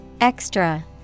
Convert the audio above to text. Extra